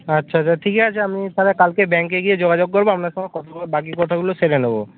আচ্ছা আচ্ছা ঠিক আছে আমি তাহলে কালকে ব্যাংকে গিয়ে যোগাযোগ করব আপনার সঙ্গে বাকি কথাগুলো সেরে নেব